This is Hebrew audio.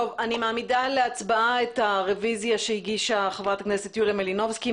אני מעמידה להצבעה את הרוויזיה שהגישה חברת הכנסת יוליה מלינובסקי.